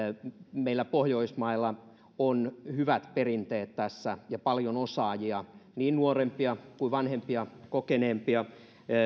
meillä pohjoismailla on hyvät perinteet tässä ja paljon osaajia niin nuorempia kuin vanhempia kokeneempia